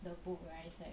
the books right